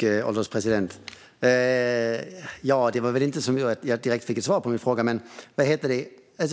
Herr ålderspresident! Jag fick väl inte direkt något svar på min fråga. Men